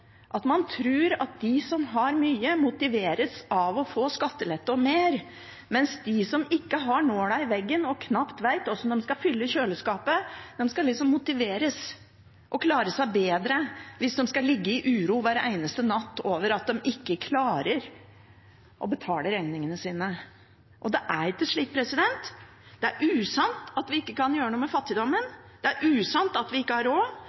at man tror at de som har mye, motiveres av å få skattelette og mer, mens de som ikke har nåla i veggen og knapt vet hvordan de skal fylle kjøleskapet, liksom skal motiveres og klare seg bedre hvis de må ligge i uro hver eneste natt over at de ikke klarer å betale regningene sine. Det er ikke slik. Det er usant at vi ikke kan gjøre noe med fattigdommen. Det er usant at vi ikke har råd,